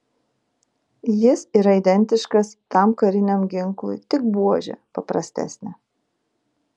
jis yra identiškas tam kariniam ginklui tik buožė paprastesnė